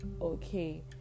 okay